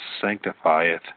sanctifieth